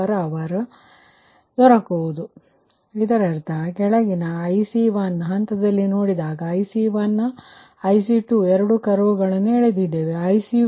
ಆದ್ದರಿಂದ ಇದರರ್ಥ ಕೆಳಗಿನ IC1ಹಂತದಲ್ಲಿ ನೋಡಿದಾಗ ನಾವು IC1 IC2 ಎರಡು ಕರ್ವ್ ಗಳನ್ನು ಎಳೆದಿದ್ದೇವೆ ಇದುIC1 ಗಾಗಿ ಮತ್ತು ಇದು IC2ಗಾಗಿ